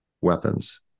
weapons